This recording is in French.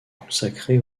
consacrée